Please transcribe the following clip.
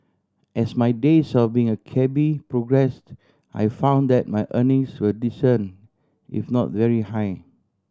as my days of being a cabby progressed I found that my earnings were decent if not very high